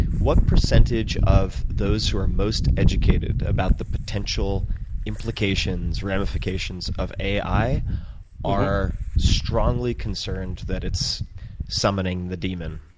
what percentage of those who are most educated about the potential implications, ramifications of ai are strongly concerned that it's summoning the demon?